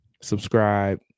subscribe